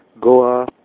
Goa